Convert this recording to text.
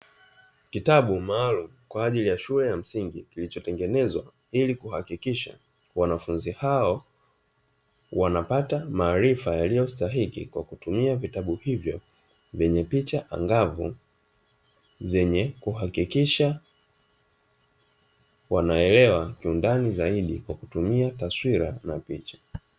Kitabu maalumu kwa ajili ya shule ya msingi kilichotengenezwa ili kuhakikisha wanafunzi hao wanapata maarifa yaliyostahiki, kwa kutumia vitabu hivyo vyenye picha angavu zenye kuhakikisha wanaelewa kiundani zaidi kwa kutumia taswira na picha.